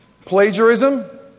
Plagiarism